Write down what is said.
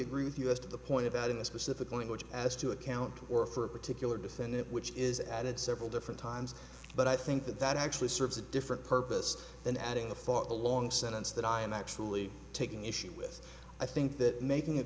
agree with us to the point of having a specific language as to account or for a particular defendant which is added several different times but i think that that actually serves a different purpose than adding the thought of a long sentence that i am actually taking issue with i think that making it